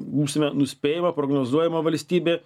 būsime nuspėjama prognozuojama valstybė